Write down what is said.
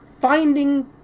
finding